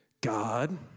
God